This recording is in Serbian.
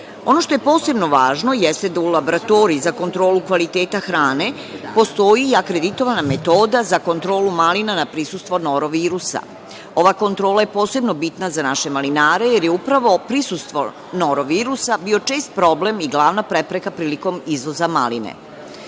što je posebno važno, jeste da u laboratoriji za kontrolu kvaliteta hrane postoji akreditovana metoda za kontrolu malina na prisustvo Norovirusa. Ova kontrola je posebno bitna za naše malinare, jer je upravo prisustvo Norovirusa bio čest problem i glavna prepreka prilikom izvoza maline. Ovom